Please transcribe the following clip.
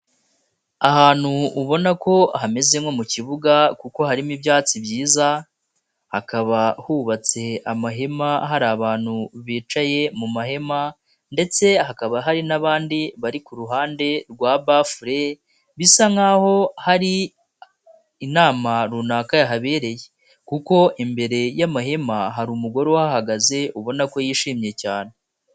Ahantu ubona ko hameze nko mu kibuga kuko harimo ibyatsi byiza hakaba hubatse amahema hari abantu bicaye mu mahema ndetse hakaba hari n'abandi bari ku ruhande rwa bafure bisa nk'aho hari inama runaka yahabereye kuko imbere y'amahema hari umugore uhagaze ubona ko yishimye cyane.